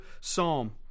psalm